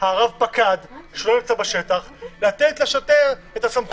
הרב פקד שלא נמצא בשטח לתת לשוטר את הסמכות.